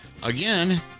Again